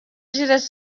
jules